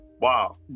wow